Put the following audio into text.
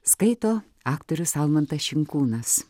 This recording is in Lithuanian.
skaito aktorius almantas šinkūnas